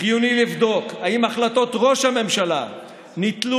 חיוני לבדוק אם החלטות ראש הממשלה ניטלו